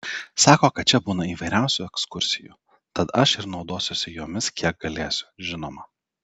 sako kad čia būna įvairiausių ekskursijų tad aš ir naudosiuosi jomis kiek galėsiu žinoma